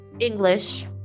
English